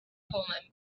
pullman